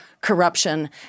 corruption